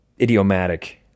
Idiomatic